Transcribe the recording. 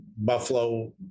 Buffalo